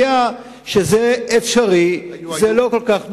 היה שזה אפשרי ושזה לא כל כך נורא.